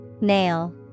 Nail